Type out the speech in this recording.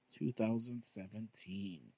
2017